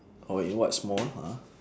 oh in what small a'ah